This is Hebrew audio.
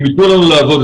אם ייתנו לנו לעבוד,